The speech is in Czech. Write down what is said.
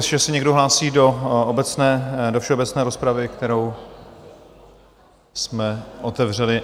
Ještě se někdo hlásí do obecné, do všeobecné rozpravy, kterou jsme otevřeli?